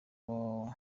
www